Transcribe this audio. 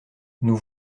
nous